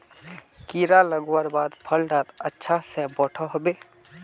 कीड़ा लगवार बाद फल डा अच्छा से बोठो होबे?